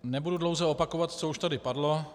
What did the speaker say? Nebudu dlouze opakovat, co už tady padlo.